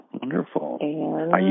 Wonderful